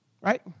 right